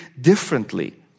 differently